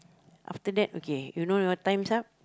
after that okay you know your times up